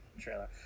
trailer